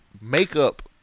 makeup